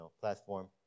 platform